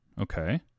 Okay